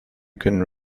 can